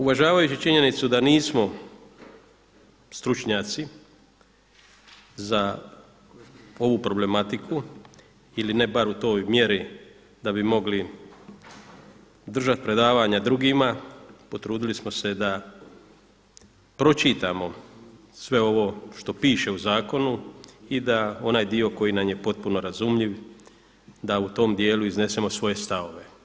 Uvažavajući činjenicu da nismo stručnjaci za ovu problematiku ili ne bar u toj mjeri da bi mogli držati predavanja drugima, potrudili smo se da pročitamo sve ovo što piše u zakonu i da onaj dio koji nam je potpuno razumljiv da u tom dijelu iznesemo svoje stavove.